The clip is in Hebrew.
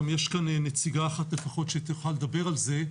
גם יש כאן נציגה אחת לפחות שתוכל לדבר על זה,